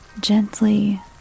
gently